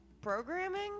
Programming